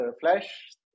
Flash